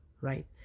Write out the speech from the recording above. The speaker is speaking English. right